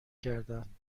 کردند